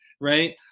right